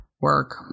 work